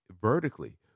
vertically